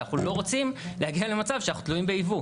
ואנחנו לא רוצים להגיע למצב שאנחנו תלויים בייבוא.